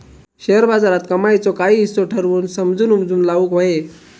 share बाजारात कमाईचो काही हिस्सो ठरवून समजून उमजून लाऊक व्हये